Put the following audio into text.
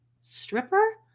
stripper